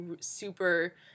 super